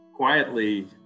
Quietly